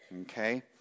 okay